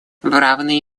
равной